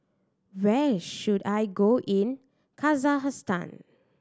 where should I go in Kazakhstan